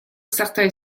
certain